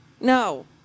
no